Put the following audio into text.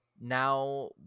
Now